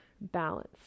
balance